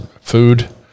food